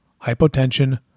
hypotension